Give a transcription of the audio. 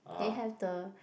it have the